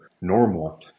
normal